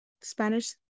Spanish